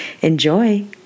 enjoy